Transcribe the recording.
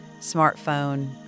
smartphone